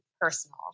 personal